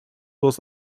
was